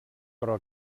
però